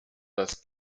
das